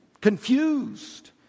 Confused